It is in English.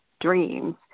dreams